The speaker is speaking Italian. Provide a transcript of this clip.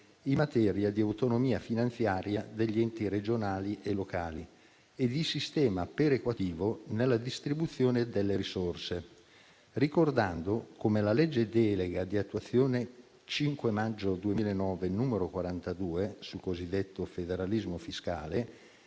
in materia di autonomia finanziaria degli enti regionali e locali e di sistema perequativo nella distribuzione delle risorse, ricordando come la legge delega di attuazione 5 maggio 2009, n. 42, sul cosiddetto federalismo fiscale